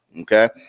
okay